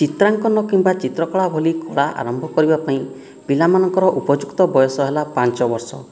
ଚିତ୍ରାଙ୍କନ କିମ୍ବା ଚିତ୍ରକଳା ଭଳି କଳା ଆରମ୍ଭ କରିବା ପାଇଁ ପିଲାମାନଙ୍କର ଉପଯୁକ୍ତ ବୟସ ହେଲା ପାଞ୍ଚ ବର୍ଷ